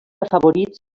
afavorits